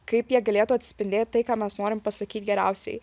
kaip jie galėtų atspindėt tai ką mes norim pasakyt geriausiai